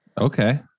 Okay